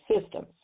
systems